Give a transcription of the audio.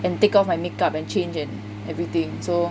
and take off my make up and change and everything so